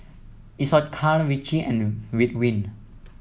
Isocal Vichy and Ridwind